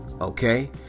Okay